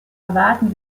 erwarten